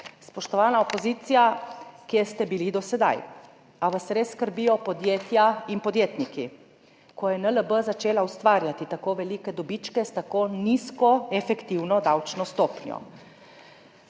Spoštovana opozicija, kje ste bili do sedaj? A vas res skrbijo podjetja in podjetniki, ko je NLB začela ustvarjati tako velike dobičke s tako nizko efektivno davčno stopnjo?